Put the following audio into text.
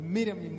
Miriam